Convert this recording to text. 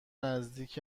نزدیک